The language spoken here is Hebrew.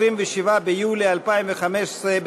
27 ביולי 2015,